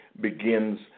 begins